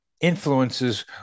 influences